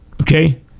Okay